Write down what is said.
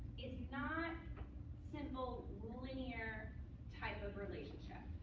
is not simple linear type of relationship.